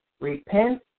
Repent